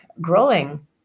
growing